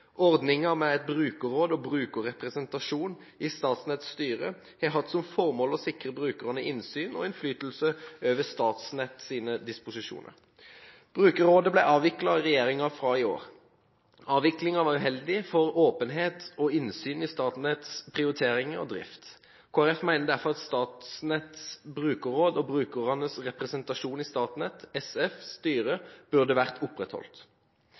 Ordningen med et brukerråd og brukerrepresentasjon i Statnetts styre har hatt som formål å sikre brukerne innsyn og innflytelse over Statnetts disposisjoner. Brukerrådet ble avviklet av regjeringen fra i år. Avviklingen var uheldig for åpenhet og innsyn i Statnetts prioriteringer og drift. Kristelig Folkeparti mener derfor at Statnetts brukerråd og brukernes representasjon i Statnett SFs styre burde